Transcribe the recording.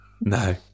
No